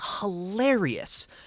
hilarious